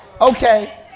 Okay